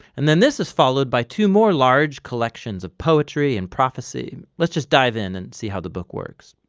and then this is followed by two more large collections of poetry and prophecy let's just dive in and see how the book works.